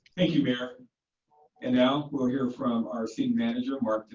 thank you mayor. and no we'll hear from our city manager,